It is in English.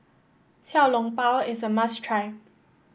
Xiao Long Bao is a must try